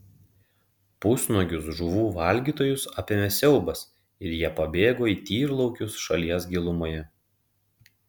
pusnuogius žuvų valgytojus apėmė siaubas ir jie pabėgo į tyrlaukius šalies gilumoje